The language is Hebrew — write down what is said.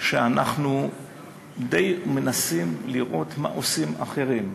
שאנחנו די מנסים לראות מה עושים אחרים,